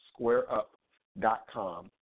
squareup.com